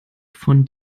von